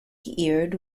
eared